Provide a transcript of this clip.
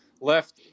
left